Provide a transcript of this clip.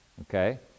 okay